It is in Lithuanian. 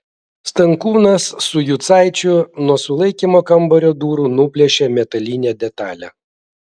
stankūnas su jucaičiu nuo sulaikymo kambario durų nuplėšė metalinę detalę